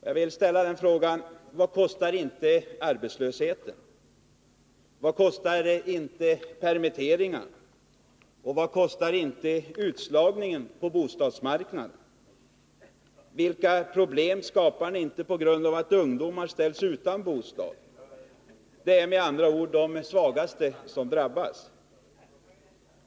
Jag vill fråga: Vad kostar inte arbetslösheten, permitteringarna och utslagningen på bostadsmarknaden? Vilka problem skapar ni inte på grund av att ungdomar ställs utan bostad? Det är med andra ord de svagaste som drabbas.